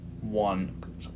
one